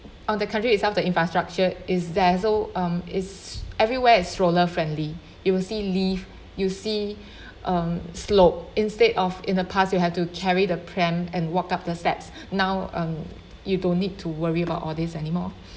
on the country itself the infrastructure is there so um is everywhere is stroller friendly you will see lift you'll see um slope instead of in the past you have to carry the pram and walk up the steps now um you don't need to worry about all these anymore